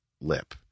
lip